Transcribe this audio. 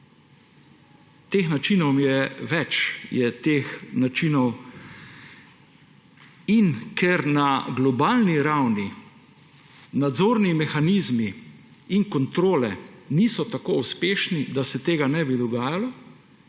Teh načinov je več. In ker na globalni ravni nadzorni mehanizmi in kontrole niso tako uspešni, da se to ne bi dogajalo,